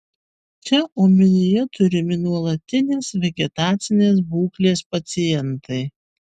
čia omenyje turimi nuolatinės vegetacinės būklės pacientai